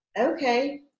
okay